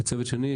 וצוות שני,